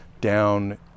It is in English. down